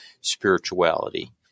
spirituality